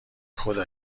خدا